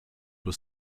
were